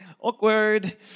Awkward